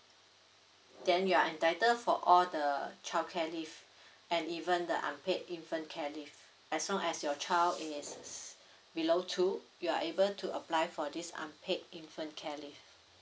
then you are entitled for all the childcare leave and even the unpaid infant care leave as long as your child is below two you are able to apply for this unpaid infant care leave